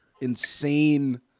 insane –